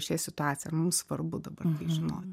šioj situacijoj ar mums svarbu dabar žinoti